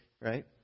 right